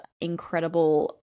incredible